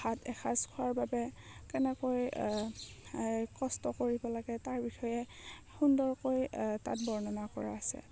ভাত এসাঁজ খোৱাৰ বাবে কেনেকৈ কষ্ট কৰিব লাগে তাৰ বিষয়ে সুন্দৰকৈ তাত বৰ্ণনা কৰা আছে